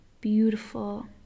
beautiful